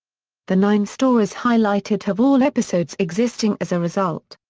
the nine stories highlighted have all episodes existing as a result.